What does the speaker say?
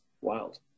wild